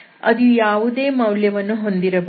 ಅದು ಯಾವುದೇ ಮೌಲ್ಯವನ್ನು ಹೊಂದಿರಬಹುದು